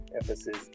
emphasis